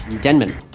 Denman